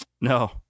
No